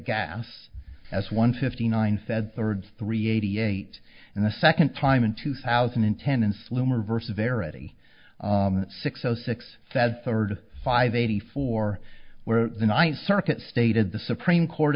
gas as one fifty nine said thirds three eighty eight and the second time in two thousand and ten and slimmer versus verity six zero six said third five eighty four where the night circuit stated the supreme court